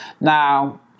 Now